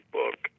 book